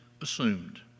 assumed